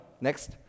next